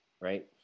Right